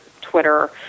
Twitter